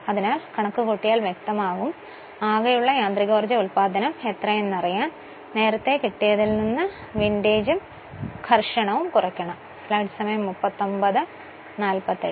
അതിനാൽ കണക്കുകൂട്ടിയാൽ വ്യക്തമാവുക ആകെയുള്ള യാന്ത്രികോർജ ഉൽപാദനം എത്രയെന്നറിയാൻ നേരത്തേ കിട്ടിയതിൽനിന്ന് വിന്റേജും ഘർഷണവും കുറയ്ക്കണമെന്നാണ്